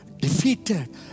defeated